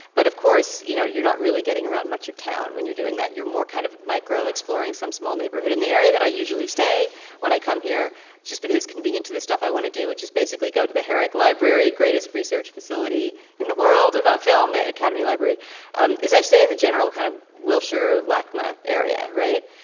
but of course you know you're not really getting around much of town when you're doing that you're more kind of micro exploring some small neighborhood in the area that i usually stay when i come here just because can be into the stuff i want to do which is basically go to the herrick library greatest research facility in the world about film the academy library and as i say in the general kind of wilshire lachman area. right.